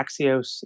Axios